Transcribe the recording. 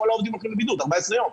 כל העובדים הולכים לבידוד 14 יום.